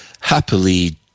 happily